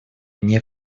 вне